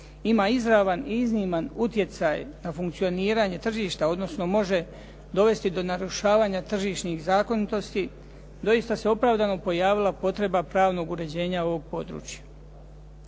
ima izravan i izniman utjecaj na funkcioniranje tržišta, odnosno može dovesti do narušavanja tržišnih zakonitosti, doista se opravdano pojavila potreba pravnog uređenja ovog područja.